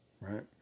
right